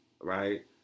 right